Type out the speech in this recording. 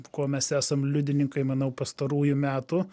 ko mes esam liudininkai manau pastarųjų metų